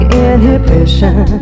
inhibition